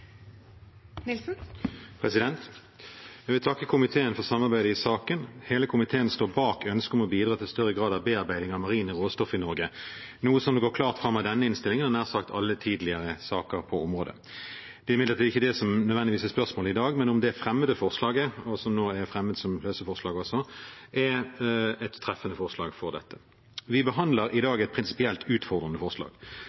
Jeg vil takke komiteen for samarbeidet i saken. Hele komiteen står bak ønsket om å bidra til større grad av bearbeiding av marine råstoff i Norge, noe som går klart fram av denne innstillingen og nær sagt alle tidligere saker på området. Det er imidlertid ikke det som nødvendigvis er spørsmålet i dag. Det er det forslaget som er fremmet, og nå også løse forslag. Vi behandler i dag et prinsipielt utfordrende forslag. Forslaget går ut på at fiskeren skal trekkes i